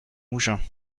mougins